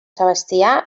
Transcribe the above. sebastià